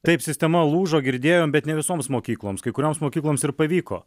taip sistema lūžo girdėjom bet ne visoms mokykloms kai kurioms mokykloms ir pavyko